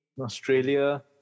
Australia